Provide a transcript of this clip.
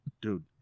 Dude